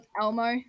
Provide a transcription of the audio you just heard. Elmo